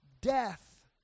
death